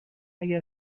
اگه